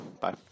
Bye